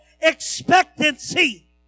expectancy